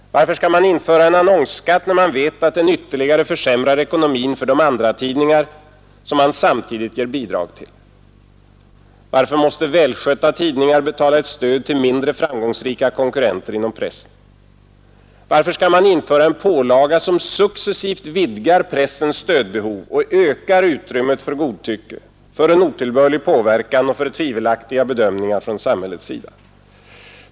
Varför skall man införa en annonsskatt, när man vet att den ytterligare försämrar ekonomin för de andratidningar som man samtidigt ger bidrag till? Varför måste välskötta tidningar betala ett stöd till mindre framgångsrika konkurrenter inom pressen? Varför skall man införa en pålaga som successivt vidgar pressens stödbehov och ökar utrymmet för godtycke, för en otillbörlig påverkan och för tvivelaktiga bedömningar från samhällets sida?